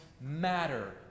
matter